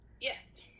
Yes